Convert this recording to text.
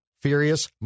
Furious